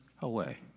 away